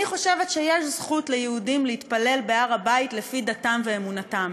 אני חושבת שיש זכות ליהודים להתפלל בהר-הבית לפי דתם ואמונתם.